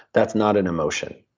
that's not an emotion.